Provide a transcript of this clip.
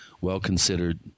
well-considered